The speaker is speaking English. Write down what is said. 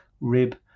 rib